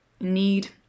need